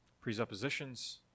presuppositions